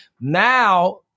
Now